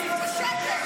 --- בושה.